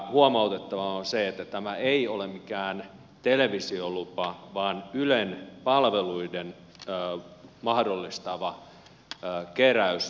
huomautettava on että tämä ei ole mikään televisiolupa vaan ylen palvelut mahdollistava keräys